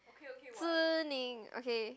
zi-ning okay